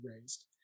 raised